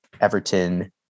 Everton